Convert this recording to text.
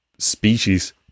Species